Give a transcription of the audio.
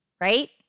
right